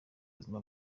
buzima